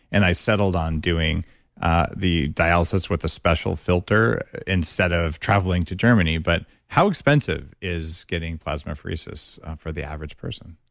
and i settled on doing ah the dialysis with the special filter instead of traveling to germany, but how expensive is getting plasmapheresis for the average person?